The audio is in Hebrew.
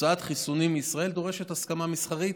הוצאת חיסונים מישראל דורשת הסכמה מסחרית.